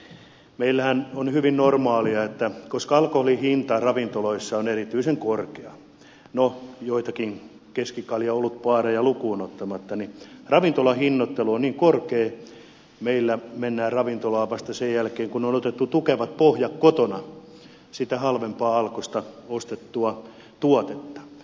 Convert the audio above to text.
eli meillähän on hyvin normaalia että koska alkoholin hinta ravintoloissa on erityisen korkea no joitakin keskikalja ja olutbaareja lukuun ottamatta niin meillä mennään ravintolaan vasta sen jälkeen kun on otettu tukevat pohjat kotona sitä halvempaa alkosta ostettua tuotetta